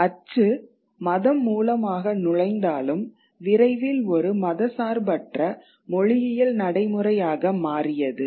அச்சு மதம் மூலமாக நுழைந்தாலும் விரைவில் ஒரு மதச்சார்பற்ற மொழியியல் நடைமுறையாக மாறியது